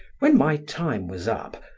when my time was up,